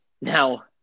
Now